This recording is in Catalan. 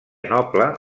noble